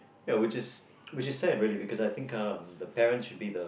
ya which is which is sad really because I think uh the parents should be the